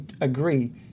agree